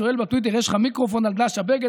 שואל: יש לך מיקרופון על דש הבגד.